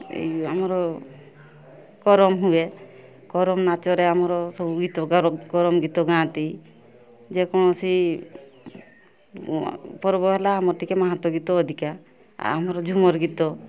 ଆମର କରମ ହୁଏ କରମ ନାଚରେ ଆମର ସବୁ ପ୍ରକାର କରମ ଗୀତ ଗାଆନ୍ତି ଯେକୌଣସି ପର୍ବ ହେଲା ଆମର ଟିକେ ମାହାନ୍ତ ଗୀତ ଅଧିକା ଆଉ ଆମର ଝୁମର ଗୀତ